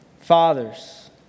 Fathers